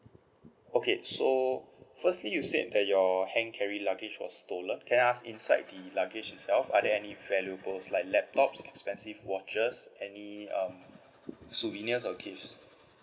okay so firstly you said that your hand carry luggage was stolen can I ask inside the luggage itself are there any valuables like laptops expensive watches any um souvenirs or gifts